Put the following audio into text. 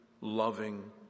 loving